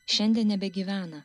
šiandien nebegyvena